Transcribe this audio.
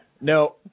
No